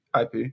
ip